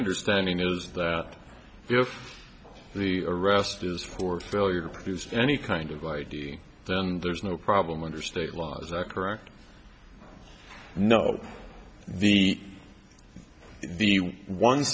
understanding is that if the arrest is for failure to produce any kind of life then there's no problem under state law is that correct no the the one